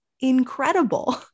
incredible